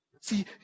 See